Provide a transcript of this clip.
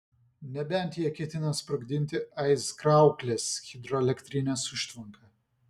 nebent jie ketina sprogdinti aizkrauklės hidroelektrinės užtvanką